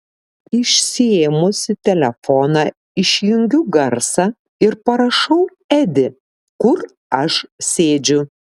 išsiėmusi telefoną išjungiu garsą ir parašau edi kur aš sėdžiu